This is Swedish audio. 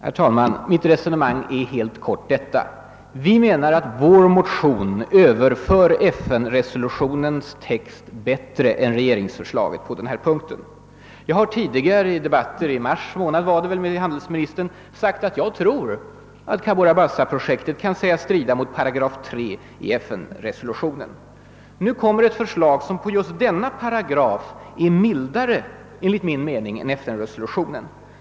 Herr talman! Mitt resonemang är helt kort detta. Vi menar att motion II: 1164 överför FN-resolutionens text till nationell lag bättre än vad regeringsförslaget gör på denna punkt. Jag har i tidigare debatter med handelsministern, jag tror det var i mars, framhållit att jag anser att Cabora Bassa-projektet kan sägas strida mot syftet i 8 3 i FN-resolutionen. Nu framläggs ett förslag som enligt min mening just beträffande denna paragraf är mildare än FN-resolutionen.